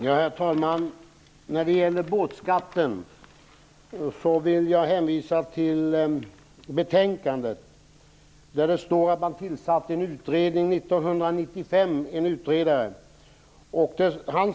Herr talman! När det gäller båtskatten vill jag hänvisa till betänkandet. Där står det att man 1995 tillsatte en utredare.